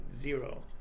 Zero